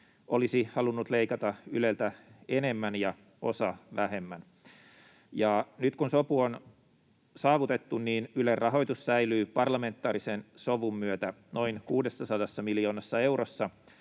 olisi halunnut leikata Yleltä enemmän ja osa vähemmän. Ja nyt kun sopu on saavutettu, niin Ylen rahoitus säilyy parlamentaarisen sovun myötä noin 600 miljoonassa eurossa,